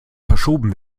verschoben